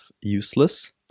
useless